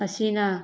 ꯑꯁꯤꯅ